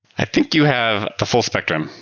i think you have the full spectrum.